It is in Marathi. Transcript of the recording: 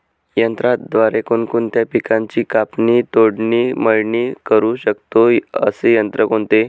यंत्राद्वारे कोणकोणत्या पिकांची कापणी, तोडणी, मळणी करु शकतो, असे यंत्र कोणते?